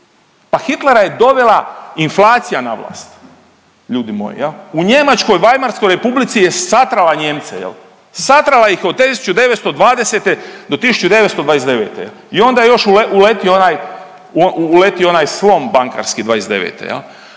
Pa Hitlera je dovela inflacija na vlast ljudi moji. U Njemačkoj, Vajmarskoj Republici je satrala Nijemce, satrala ih od 1920. do 1929. i onda je još uletio onaj slom bankarski